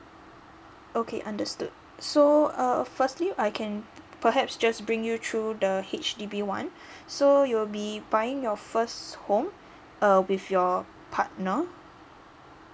okay understood so uh firstly I can perhaps just bring you through the H_D_B one so you'll be buying your first home uh with your partner